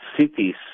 cities